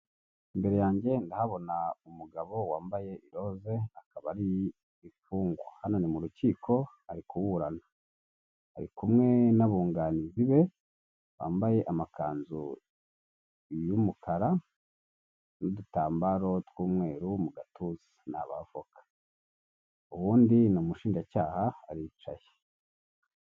Imbere yanjye ndahabona umugabo wambaye iroze akaba ari imfungwa hano ni mu rukiko ari kuburana ari kumwe n'abunganizi be bambaye amakanzu y'umukara n'udutambaro tw'umweru mu gatuza na abavoka uwundi ni umushinjacyaha aricaye.